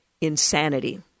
insanity